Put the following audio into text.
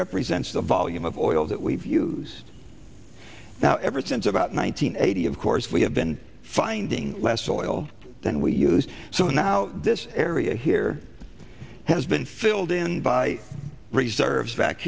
represents the volume of oil that we've used now ever since about nine hundred eighty of course we have been finding less oil than we use so now this area here has been filled in by reserves back